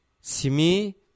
Simi